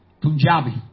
Punjabi